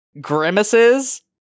grimaces